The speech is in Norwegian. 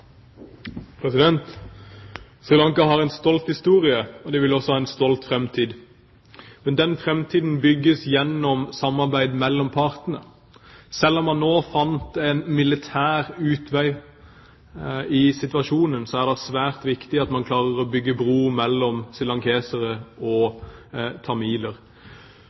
har en stolt historie, og landet vil også ha en stolt framtid. Men den framtiden bygges gjennom samarbeid mellom partene. Selv om man nå fant en militær utvei i situasjonen, er det svært viktig at man klarer å bygge bro mellom srilankere og tamiler.